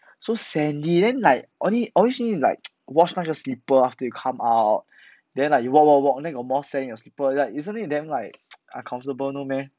so sandy then like only always need to like wash 那个 slipper after you come out then like you walk walk walk then got more sand in your slipper then like isn't it damn like uncomfortable no meh